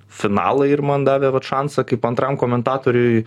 finalai ir man davė šansą kaip antram komentatoriui